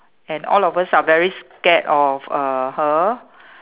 and all of us are very scared of uh her